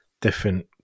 different